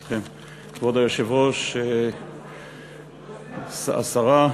ברשותכם, כבוד היושב-ראש, השרה,